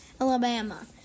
Alabama